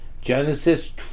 Genesis